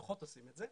פחות עושים את זה,